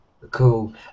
Cool